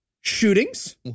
shootings